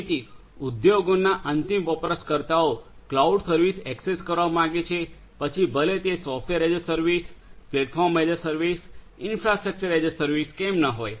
જેથી ઉદ્યોગોના અંતિમ વપરાશકર્તાઓ ક્લાઉડ સર્વિસ એક્સેસ કરવા માગે છે પછી ભલે તે software as a service platform as a service infrastructure as a service કેમ ન હોય